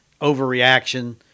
overreaction